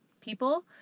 people